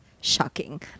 Shocking